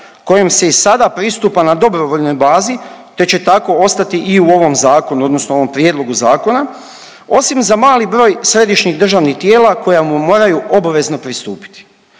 kojim se i sada pristupa na dobrovoljnoj bazi te će tako ostati i u ovom zakonu odnosno ovom prijedlogu zakona osim za mali broj središnjih državnih tijela koja mu moraju obavezno pristupiti.